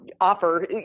offer